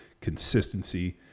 consistency